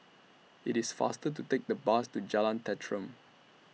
IT IS faster to Take The Bus to Jalan Tenteram